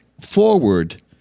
forward